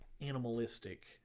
animalistic